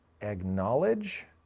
acknowledge